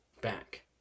back